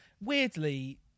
weirdly